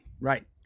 Right